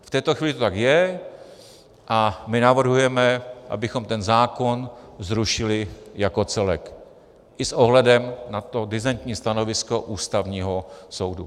V této chvíli to tak je a my navrhujeme, abychom ten zákon zrušili jako celek i s ohledem na to disentní stanovisko Ústavního soudu.